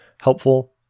helpful